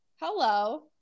Hello